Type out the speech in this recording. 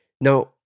Now